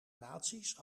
naties